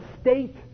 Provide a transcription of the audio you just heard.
state